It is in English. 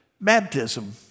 Baptism